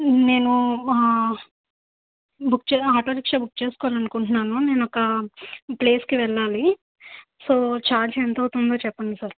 నేను బుక్ చే auto rickshaw book చేసుకోవాలనుకుంట్నాను నేనొక ప్లేస్కి వెళ్ళాలి సో చార్జ్ ఎంత అవుతుందో చెప్పండి సార్